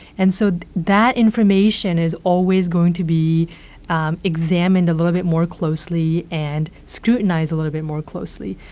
and so that information is always going to be um examined a little bit more closely and scrutinized a little bit more closely.